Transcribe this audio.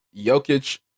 Jokic